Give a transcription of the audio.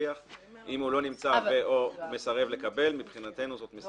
הוא לא נמצא ו/או מסרב לקבל, מבחינתנו זאת מסירה.